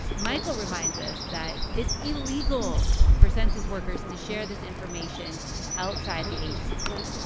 michael reminds us that it's illegal for census workers to share this information outside the agency